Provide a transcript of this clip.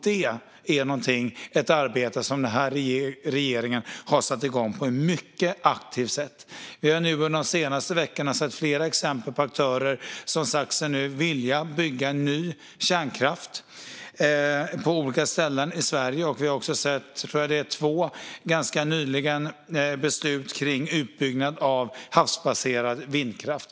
Det är ett arbete som regeringen har satt igång på ett mycket aktivt sätt. Vi har under de senaste veckorna sett flera exempel på aktörer som nu sagt sig vilja bygga ny kärnkraft på olika ställen i Sverige. Vi har också sett två beslut som kom ganska nyligen om utbyggnad av havsbaserad vindkraft.